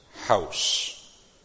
house